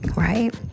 Right